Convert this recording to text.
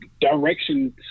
direction